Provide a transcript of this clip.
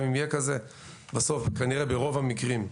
בסוף, כנראה, ברוב המקרים,